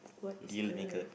deal maker